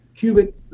cubic